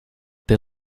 they